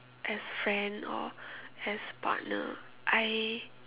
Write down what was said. as friend or as partner I